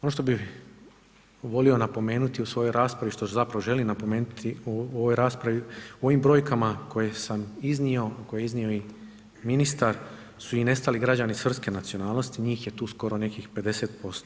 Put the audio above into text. Ono bi volio napomenuti u svojoj raspravi što zapravo želim napomenuti u ovoj raspravi, u ovim brojkama koje sam iznio koje je iznio i ministar su i nestali građani srpske nacionalnosti, njih je tu skoro nekih 50%